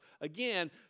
again